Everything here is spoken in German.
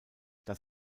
das